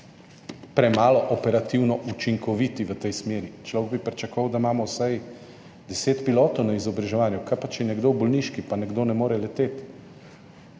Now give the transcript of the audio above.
premalo operativno učinkoviti v tej smeri. Človek bi pričakoval, da imamo vsaj deset pilotov na izobraževanju. Kaj pa, če je nekdo na bolniški ali nekdo ne more leteti?